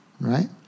right